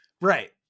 Right